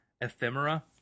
ephemera